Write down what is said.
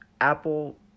Apple